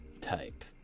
type